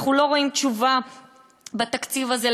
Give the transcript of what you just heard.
אנחנו לא רואים תשובה בתקציב הזה,